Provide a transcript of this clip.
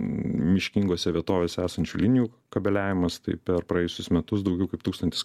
miškingose vietovėse esančių linijų kabliavimas tai per praėjusius metus daugiau kaip tūkstantis